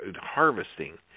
harvesting